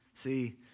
See